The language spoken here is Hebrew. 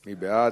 מי בעד?